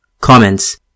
Comments